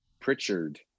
Pritchard